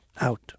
Out